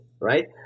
right